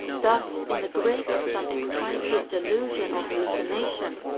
thus, in the grip of some excited delusion or hallucination,